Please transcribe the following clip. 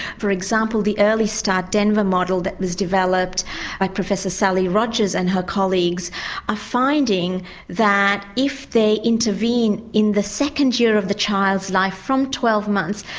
for example the early start denver model that was developed by professor sally rogers and her colleagues are finding that if they intervene in the second year of the child's life from twelve months,